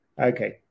Okay